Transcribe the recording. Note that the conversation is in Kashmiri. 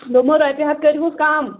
دوٚپمو رۄپیہِ ہَتھ کٔرۍہوٗس کَم